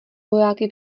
vojáky